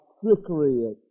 trickery